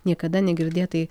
niekada negirdėtai